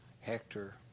Hector